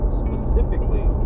specifically